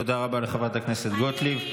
תודה רבה לחברת הכנסת גוטליב.